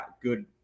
good